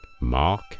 Mark